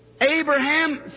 Abraham